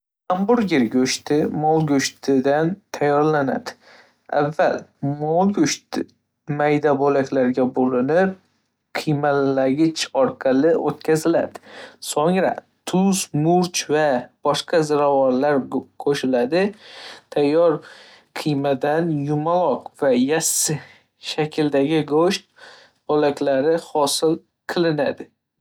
﻿Hamburger go'shti mol go'shtidan tayyorlanadi. Avval, mol go'shti mayda bo'laklarga bo'linib, qiymanlagich orqali o'tkaziladi, so'ngra tuz, murch va boshqa ziravonlar qo'shiladi, tayyor qiymadan yumaloq va yassi shakldagi go'sht bo'laklari hosil qilinadi.